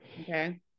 Okay